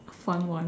fun one